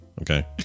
Okay